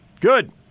Good